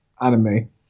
anime